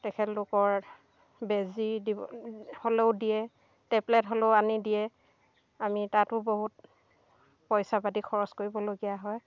তেখেতলোকৰ বেজী দিব হ'লেও দিয়ে টেবলেট হ'লেও আনি দিয়ে আমি তাতো বহুত পইচা পাতি খৰচ কৰিবলগীয়া হয়